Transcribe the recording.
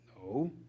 no